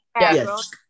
Yes